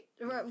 right